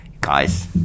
guys